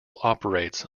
operates